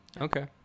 Okay